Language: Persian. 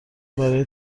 برای